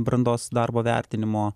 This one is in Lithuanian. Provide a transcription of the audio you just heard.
brandos darbo vertinimo